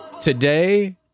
Today